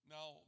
Now